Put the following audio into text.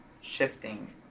shifting